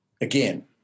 again